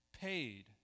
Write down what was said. paid